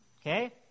Okay